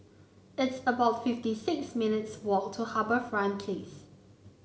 it's about fifty six minutes' walk to HarbourFront Place